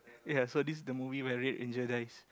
ya so this is the movie where red ranger dies